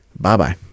Bye-bye